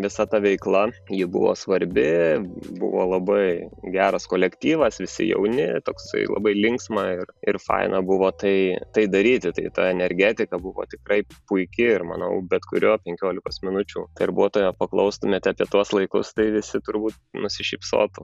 visa ta veikla ji buvo svarbi buvo labai geras kolektyvas visi jauni toksai labai linksma ir ir faina buvo tai tai daryti tai ta energetika buvo tikrai puiki ir manau bet kurio penkiolikos minučių darbuotojo paklaustumėte apie tuos laikus tai visi turbūt nusišypsotų